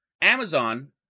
Amazon